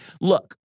look